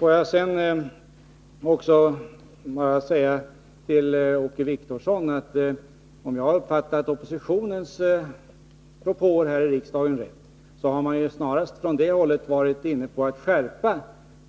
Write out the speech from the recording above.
Låt mig sedan till Åke Wictorsson säga att om jag har uppfattat oppositionens propåer här i riksdagen rätt har man från det hållet snarast varit inne på att skärpa